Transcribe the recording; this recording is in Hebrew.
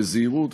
בזהירות,